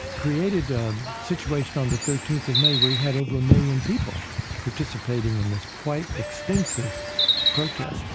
created a situation on the thirteenth of may where you had over a million people participating in this quite extensive protest.